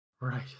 right